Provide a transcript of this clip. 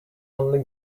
only